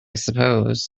suppose